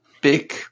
big